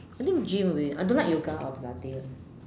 I think gym will be I don't like yoga or Pilates